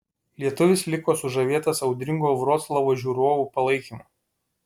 lietuvis liko sužavėtas audringo vroclavo žiūrovų palaikymo